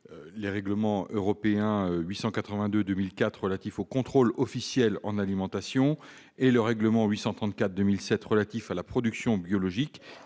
Les règlements européens n° 882/2004 relatif aux contrôles officiels en alimentation et n° 834/2007 relatif à la production biologique